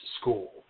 school